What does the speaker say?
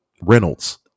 Reynolds